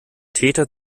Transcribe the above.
täter